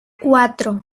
cuatro